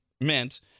meant